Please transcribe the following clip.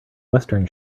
western